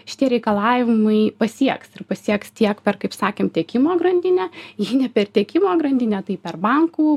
šitie reikalavimai pasieks ir pasieks tiek per kaip sakėm tiekimo grandinę jei per tiekimo grandinę taip per bankų